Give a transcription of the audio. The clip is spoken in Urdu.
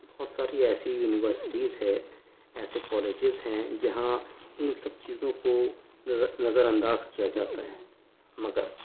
بہت ساری ایسی یونیورسٹیز ہے ایسے کالجز ہیں جہاں ان سب چیزوں کو نظر نظر انداز کیا جاتا ہے مگر